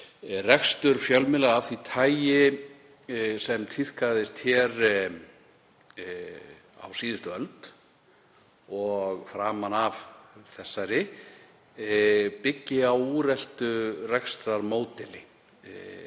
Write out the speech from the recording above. rekstur fjölmiðla af því tagi sem tíðkaðist hér á síðustu öld og framan af þessari byggist á úreltu rekstrarmódeli